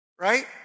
right